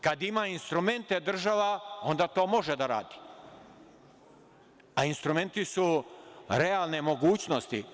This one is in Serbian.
Kad ima instrumente država, onda to može da radi, a instrumenti su realne mogućnosti.